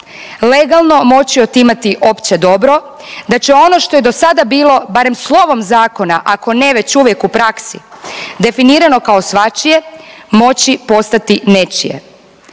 legalno moći otimati opće dobro, da će ono što je do sada bilo, barem slovom zakona, ako ne već uvijek u praksi, definirati kao svačije, moći postati nečije.